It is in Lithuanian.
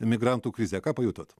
migrantų krizę ką pajutot